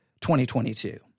2022